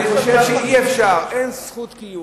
אני חושב שאי-אפשר, אין זכות קיום,